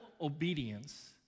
obedience